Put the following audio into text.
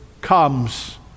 comes